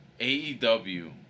AEW